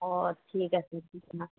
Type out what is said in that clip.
ঠিক আছে